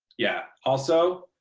yeah. also.